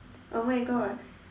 oh my God